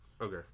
Okay